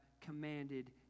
commanded